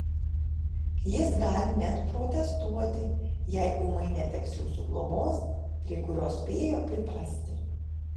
jis gali net protestuoti jei ūmai neteks jūsų globos prie kurios spėjo priprasti